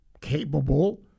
capable